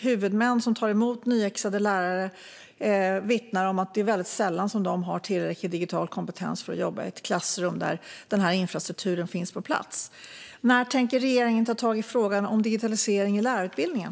Huvudmän som tar emot nyexade lärare vittnar om att de sällan har tillräcklig digital kompetens för att jobba i ett klassrum där infrastrukturen finns på plats. När tänker regeringen ta tag i frågan om digitalisering i lärarutbildningen?